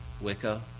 Wicca